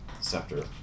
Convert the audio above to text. scepter